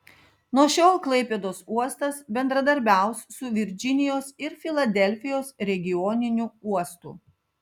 nuo šiol klaipėdos uostas bendradarbiaus su virdžinijos ir filadelfijos regioniniu uostu